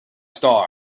star